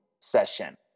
session